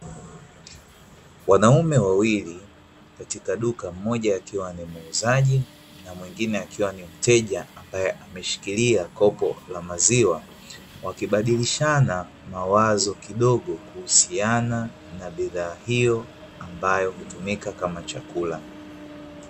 Wanaume wawili katika duka, mmoja akiwa ni muuzaji na mwengine akiwa ni mteja ambae ameshikilia kopo la maziwa, wakibadilishana mawazo kidogo kuhusiana na bidhaa hiyo ambayo hutumika kama chakula.